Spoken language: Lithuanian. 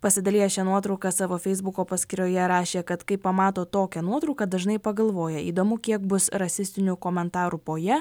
pasidalijęs šia nuotrauka savo feisbuko paskyroje rašė kad kai pamato tokią nuotrauką dažnai pagalvoja įdomu kiek bus rasistinių komentarų po ja